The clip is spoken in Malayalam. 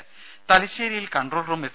രുമ തലശ്ശേരിയിൽ കൺട്രോൾ റൂം എസ്